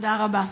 תודה רבה.